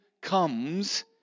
comes